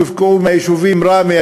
שהופקעו מהיישובים ראמיה,